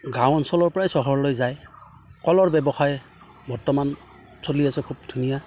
গাঁও অঞ্চলৰ পৰাই চহৰলৈ যায় কলৰ ব্যৱসায় বৰ্তমান চলি আছে খুব ধুনীয়া